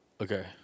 Okay